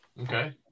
Okay